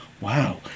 Wow